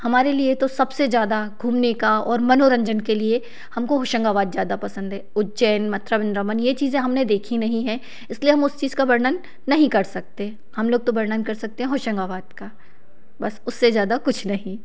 हमारे लिए तो सबसे ज़्यादा घूमने का और मनोरंजन के लिए हमको होशंगाबाद ज़्यादा पसंद है उज्जैन मथुरा वृंदावन ये चीज़ें हमने देखी नहीं हैं इसलिए हम उस चीज़ का वर्णन नहीं कर सकते हम लोग तो वर्णन कर सकते हैं होशंगाबाद का बस उससे ज़्यादा कुछ नहीं